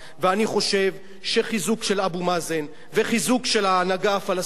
ואני חושב שחיזוק של אבו מאזן וחיזוק של ההנהגה הפלסטינית